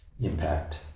impact